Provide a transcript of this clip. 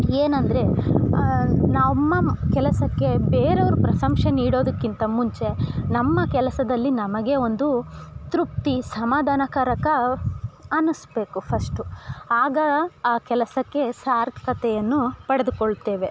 ಏನೆಂದ್ರೆ ನಮ್ಮ ಕೆಲಸಕ್ಕೆ ಬೇರೆ ಅವ್ರು ಪ್ರಶಂಸೆ ನೀಡೋದಕ್ಕಿಂತ ಮುಂಚೆ ನಮ್ಮ ಕೆಲಸದಲ್ಲಿ ನಮಗೆ ಒಂದು ತೃಪ್ತಿ ಸಮಾಧಾನಕಾರಕ ಅನಿಸ್ಬೇಕು ಫಸ್ಟು ಆಗ ಆ ಕೆಲಸಕ್ಕೆ ಸಾರ್ಥಕ್ತೆಯನ್ನು ಪಡೆದುಕೊಳ್ತೇವೆ